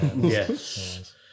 Yes